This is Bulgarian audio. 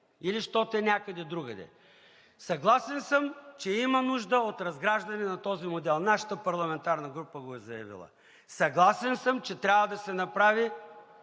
или защото е някъде другаде. Съгласен съм, че има нужда от разграждане на този модел. Нашата парламентарна група го е заявила. Съгласен съм, че трябва да се направи